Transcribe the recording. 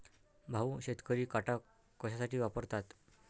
भाऊ, शेतकरी काटा कशासाठी वापरतात?